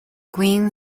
queen